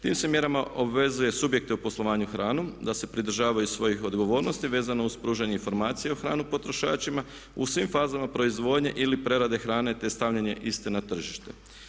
Tim se mjerama obvezuje subjekte u poslovanju s hranom da se pridržavaju svojih odgovornosti vezano uz pružanje informacije o hrani potrošačima, u svim fazama proizvodnje ili prerade hrane te stavljanje iste na tržište.